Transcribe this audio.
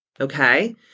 okay